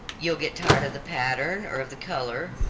you'll get tired of the pattern or of the color,